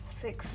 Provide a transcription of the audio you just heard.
six